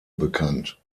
bekannt